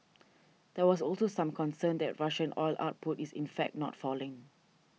there was also some concern that Russian oil output is in fact not falling